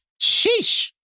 Sheesh